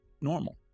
normal